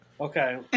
Okay